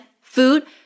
food